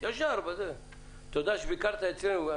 ישר "תודה שביקרת אצלנו".